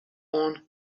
oan